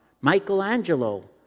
Michelangelo